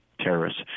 terrorists